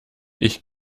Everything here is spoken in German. ich